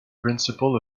principle